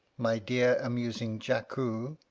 my dear, amusing jackoo,